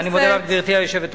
אני מודה לך, גברתי היושבת-ראש.